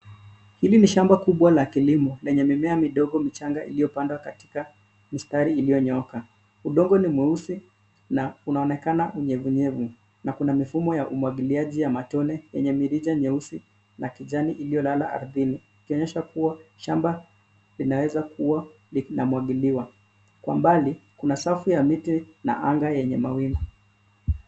Hili ni shamba kubwa la kilimo lenye mimea midogo michanga iliyopandwa katika mistari iliyonyooka. Udongo ni mweusi na unaonekana nyevu nyevu na kuna mfumo wa umwagiliaji ya matone yenye mirija nyeusi na kijani iliyolala ardhini, ikionyesha kuwa shamba linaweza kuwa linamwagiliwa. Kwa mbali, kuna safu ya miti na anga yenye mawingu.